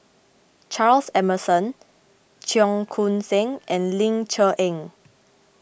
Charles Emmerson Cheong Koon Seng and Ling Cher Eng